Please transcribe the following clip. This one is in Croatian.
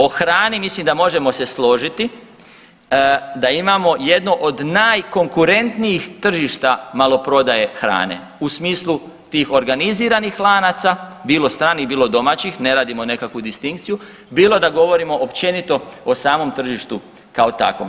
O hrani mislim da možemo se složiti da imamo jednu od najkonkurentnijih tržišta maloprodaje hrane u smislu tih organiziranih lanaca, bilo stranih, bilo domaćih, ne radimo nekakvu distinkciju, bilo da govorimo općenito o samom tržištu kao takvom.